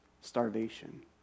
starvation